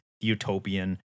utopian